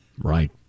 right